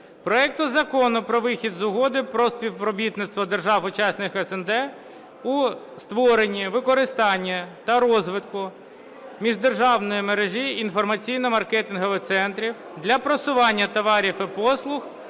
проекту Закону про вихід з Угоди про співробітництво держав-учасниць СНД у створенні, використанні та розвитку міждержавної мережі інформаційно-маркетингових центрів для просування товарів і послуг